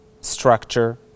structure